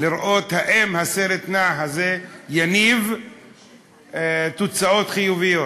לראות אם הסרט הנע הזה יניב תוצאות חיוביות.